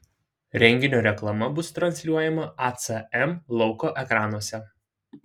renginio reklama bus transliuojama acm lauko ekranuose